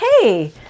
hey